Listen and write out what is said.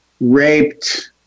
raped